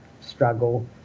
struggle